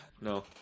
no